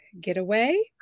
getaway